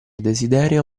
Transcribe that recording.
desiderio